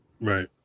Right